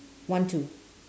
one two